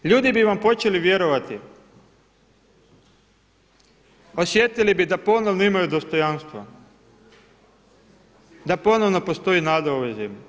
Ljudi bi vam počeli vjerovati, osjetili bi da ponovno imaju dostojanstva, da ponovno postoji nada u ovom zemlji.